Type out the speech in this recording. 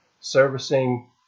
servicing